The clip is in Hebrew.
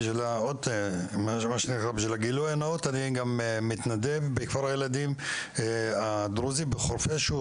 בשביל הגילוי הנאות אגיד שאני גם מתנדב בכפר הילדים הדרוזי בחורפיש,